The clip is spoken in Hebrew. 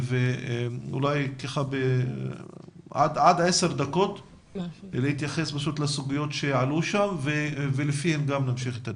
אני מבקש שתתייחסי בעשר דקות לסוגיות שעלו שם ולפיהן נמשיך את הדיון.